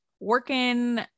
working